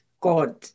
God